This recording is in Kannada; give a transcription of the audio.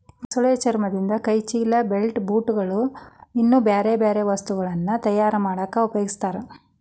ಮೊಸಳೆ ಚರ್ಮದಿಂದ ಕೈ ಚೇಲ, ಬೆಲ್ಟ್, ಬೂಟ್ ಗಳು, ಇನ್ನೂ ಬ್ಯಾರ್ಬ್ಯಾರೇ ವಸ್ತುಗಳನ್ನ ತಯಾರ್ ಮಾಡಾಕ ಉಪಯೊಗಸ್ತಾರ